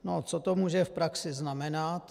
No, co to může v praxi znamenat?